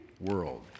world